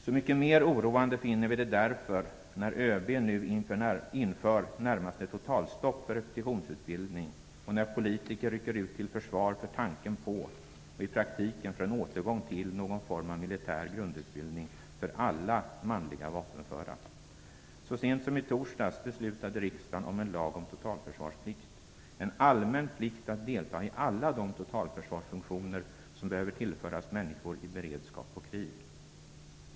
Så mycket mer oroande finner vi det därför att ÖB nu inför närmast ett totalstopp för repetitionsutbildning och när politiker rycker ut till försvar för tanken på en i praktiken återgång till någon form av militär grundutbildning för alla manliga vapenföra. Så sent som i torsdags beslutade riksdagen om en lag om totalförsvarsplikt - en allmän plikt att delta i alla de totalförsvarsfunktioner som behöver tillföras människor i beredskap och krig.